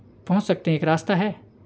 पहुँच सकते हैं एक रास्ता है